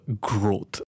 growth